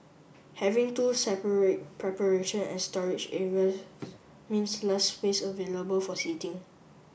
having two separate preparation and storage areas means less space available for seating